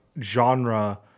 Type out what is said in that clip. genre